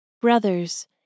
Brothers